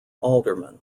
alderman